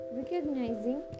recognizing